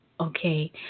okay